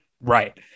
Right